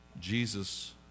Jesus